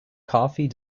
coffee